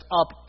up